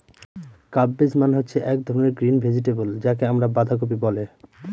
cabbage মানে হচ্ছে এক ধরনের গ্রিন ভেজিটেবল যাকে আমরা বাঁধাকপি বলে